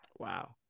Wow